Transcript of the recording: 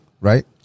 right